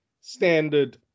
standard